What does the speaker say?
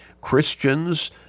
Christians